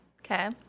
Okay